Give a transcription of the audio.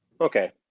Okay